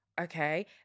okay